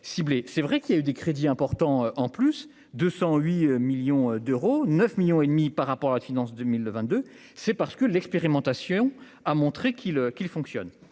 c'est vrai qu'il y a eu des crédits importants en plus de 108 millions d'euros, 9 millions et demi par rapport à la finance 2022, c'est parce que l'expérimentation a montré qu'il qu'il fonctionne